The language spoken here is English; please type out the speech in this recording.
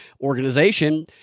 organization